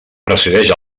presideix